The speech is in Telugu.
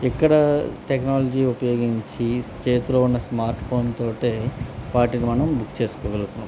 ఇక్కడ టెక్నాలజీ ఉపయోగించి చేతిలో ఉన్న స్మార్ట్ ఫోన్తోటే వాటిని మనం బుక్ చేసుకోగలుగుతున్నాం